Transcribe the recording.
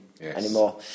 anymore